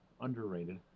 underrated